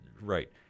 Right